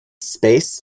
space